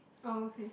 oh okay